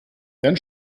dann